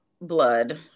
blood